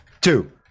two